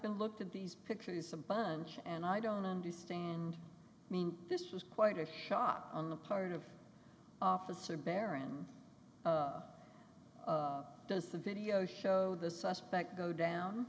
been look at these pictures a bunch and i don't understand i mean this was quite a shock on the part of officer baron does the video show the suspect go down